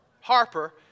Harper